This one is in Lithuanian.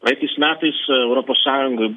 praeitais metais europos sąjungoj